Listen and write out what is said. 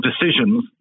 decisions